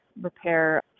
repair